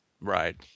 Right